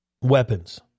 weapons